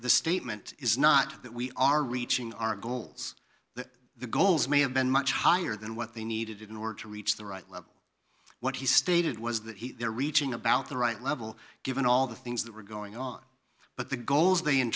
the statement is not that we are reaching our goals that the goals may have been much higher than what they needed in order to reach the right level what he stated was that he there reaching about the right level given all the things that were going on but the goals they in